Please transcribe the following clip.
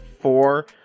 four